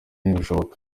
ntibishoboka